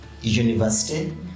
university